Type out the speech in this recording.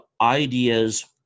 ideas